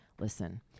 listen